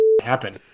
happen